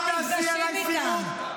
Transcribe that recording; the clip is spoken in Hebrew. אנחנו נפגשים איתם.